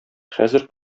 хәзер